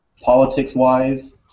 Politics-wise